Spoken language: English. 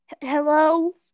Hello